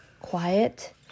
Quiet